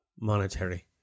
monetary